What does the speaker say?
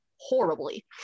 horribly